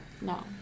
no